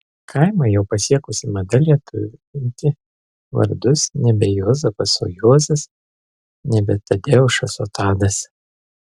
kaimą jau pasiekusi mada lietuvinti vardus nebe juozapas o juozas nebe tadeušas o tadas